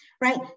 right